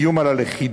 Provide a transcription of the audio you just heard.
איום על הלכידות,